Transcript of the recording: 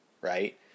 right